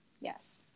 Yes